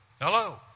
Hello